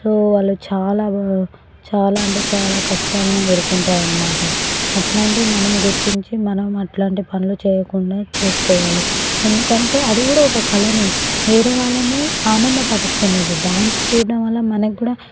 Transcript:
so వాళ్ళు చాలా వా చాలా అంటే చాలా కష్టాలని ఎదురుకుంటారన్నమాట అట్లాంటివి మనం గుర్తించి మనం అట్లాంటి పనులు చేయకుండా చూసుకోవాలి ఎందుకంటే అది కూడా ఒక కళనే వేరేవాళ్ళని ఆనందపరుస్తున్నారు డాన్స్ చూడటం వల్ల మనకి కూడా